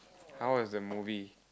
how was the movie